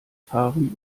fahren